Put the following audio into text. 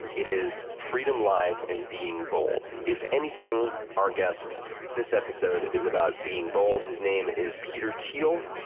it is, freedom lies in being bold. if anything, our guest this episode is about being bold. his name is peter thiel.